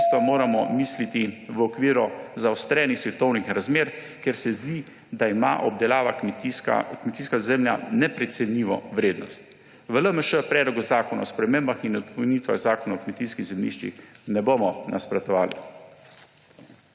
kmetijstva moramo misliti v okviru zaostrenih svetovnih razmer, ker se zdi, da ima obdelava kmetijska zemlja neprecenljivo vrednost. V LMŠ Predlogu zakona o spremembah in dopolnitvah Zakona o kmetijskih zemljiščih ne bomo nasprotovali.